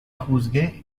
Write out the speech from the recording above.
juzgué